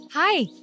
Hi